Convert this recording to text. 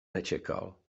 nečekal